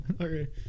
okay